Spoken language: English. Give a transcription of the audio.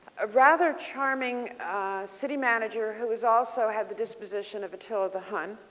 a rather charming city manager who was also had the disposition of a till a the hundred.